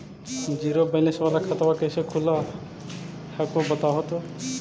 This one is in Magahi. जीरो बैलेंस वाला खतवा कैसे खुलो हकाई बताहो तो?